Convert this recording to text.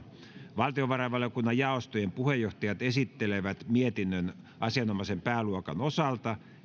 valtiovarainvaliokunnan jaostojen puheenjohtajat esittelevät mietinnön asianomaisen pääluokan osalta